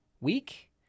week